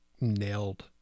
nailed